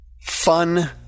fun